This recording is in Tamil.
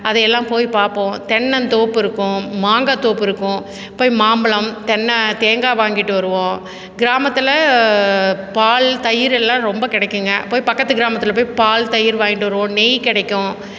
அதையெல்லாம் போய் பார்ப்போம் தென்னந்தோப்பு இருக்கும் மாங்காய் தோப்பு இருக்கும் போய் மாம்பழம் தென்னை தேங்காய் வாங்கிட்டு வருவோம் கிராமத்தில் பால் தயிர் எல்லாம் ரொம்ப கிடைக்குங்க போய் பக்கத்தில் கிராமத்தில் போய் பால் தயிர் வாங்கிட்டு வருவோம் நெய் கிடைக்கும்